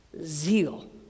zeal